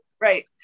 right